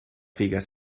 figues